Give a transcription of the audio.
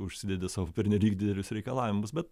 užsidedi sau pernelyg didelius reikalavimus bet